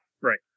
Right